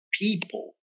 people